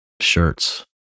shirts